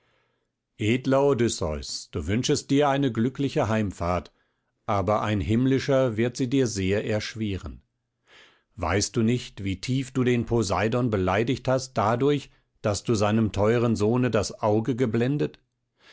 edler odysseus du wünschest dir eine glückliche heimfahrt aber ein himmlischer wird sie dir sehr erschweren weißt du nicht wie tief du den poseidon beleidigt hast dadurch daß du seinem teuren sohne das auge geblendet